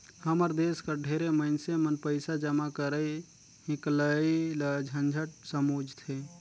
हमर देस कर ढेरे मइनसे मन पइसा जमा करई हिंकलई ल झंझट समुझथें